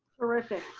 terrific.